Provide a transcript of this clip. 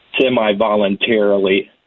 semi-voluntarily